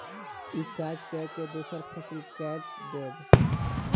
ई काज कय के दोसर फसिल कैट देब